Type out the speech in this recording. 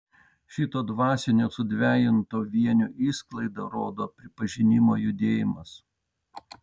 šito dvasinio sudvejinto vienio išsklaidą rodo pripažinimo judėjimas